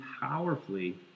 powerfully